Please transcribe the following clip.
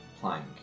plank